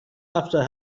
after